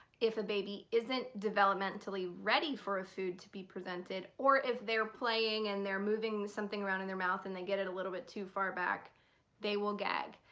if a baby isn't developmentally ready for a food to be presented, or if they're playing and they're moving something around in their mouth and they get it a little bit too far back they will gag.